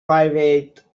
private